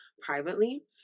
privately